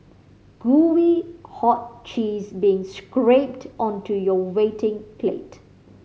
gooey hot cheese being scrapped onto your waiting plate